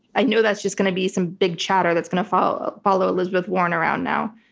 i know that's just going to be some big chatter that's going to follow follow elizabeth warren around now.